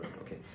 okay